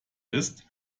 ist